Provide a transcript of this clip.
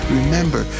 Remember